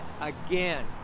again